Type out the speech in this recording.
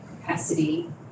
capacity